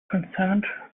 concerned